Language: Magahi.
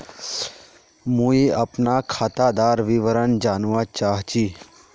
मुई अपना खातादार विवरण जानवा चाहची?